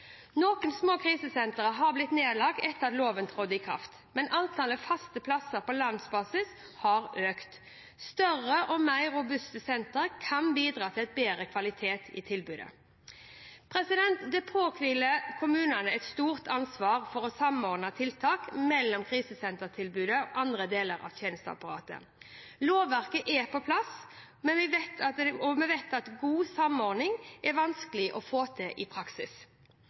Noen små krisesentre har blitt nedlagt etter at loven trådte i kraft, men antall faste plasser på landsbasis har økt. Større og mer robuste sentre kan bidra til bedre kvalitet i tilbudet. Det påhviler kommunene et stort ansvar for å samordne tiltak mellom krisesentertilbudet og andre deler av tjenesteapparatet. Lovverket er på plass, men vi vet at god samordning er vanskelig å få til i praksis.